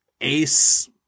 ace